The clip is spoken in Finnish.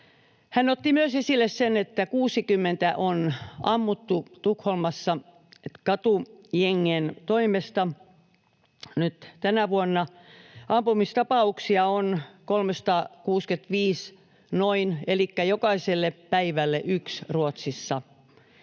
hän otti myös esille sen, että 60 ihmistä on ammuttu Tukholmassa katujengien toimesta. Nyt tänä vuonna ampumistapauksia on noin 365, elikkä jokaiselle päivälle yksi Ruotsissa,